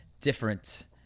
different